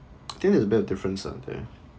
I think it's a bit of different are there